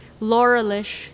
laurelish